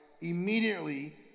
immediately